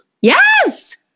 Yes